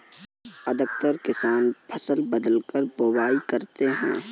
अधिकतर किसान फसल बदलकर बुवाई करते है